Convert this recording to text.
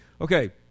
Okay